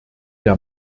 der